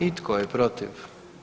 I tko je protiv?